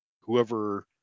whoever